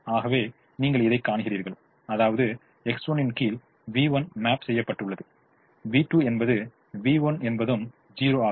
ஆகவே நீங்கள் இதை கான்கிறீர்கள் அதாவது X1 இன் கீழ் v1 மேப் செய்யப்பட்டுள்ளது v2 என்பது v1 என்பதும் 0 ஆகும்